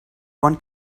one